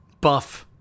buff